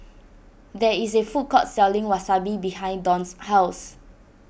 there is a food court selling Wasabi behind Don's house